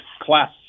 Class